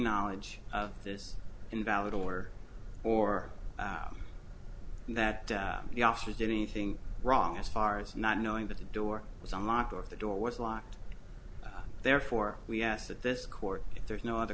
knowledge of this invalid or or that the officers did anything wrong as far as not knowing that the door was unlocked or the door was locked therefore we asked that this court there's no other